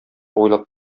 уйлап